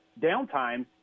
downtime